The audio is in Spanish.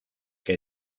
que